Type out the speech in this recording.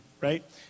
right